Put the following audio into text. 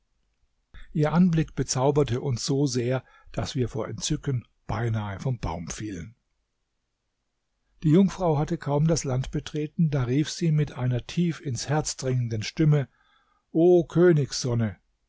ihr anblick bezauberte uns so sehr daß wir vor entzücken beinahe vom baum fielen die jungfrau hatte kaum das land betreten da rief sie mit einer tief ins herz dringenden stimme o